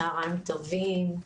צוהריים טובים.